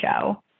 show